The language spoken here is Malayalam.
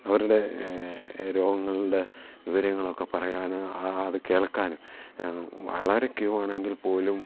അവരുടെ രോഗങ്ങളുടെ വിവരങ്ങളൊക്കെ പറയാൻ അത് കേൾക്കാനും വളരെ ക്യൂ ആണെങ്കിൽ പോലും